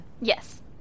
Yes